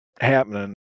happening